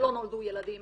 שלא נולדו ילדים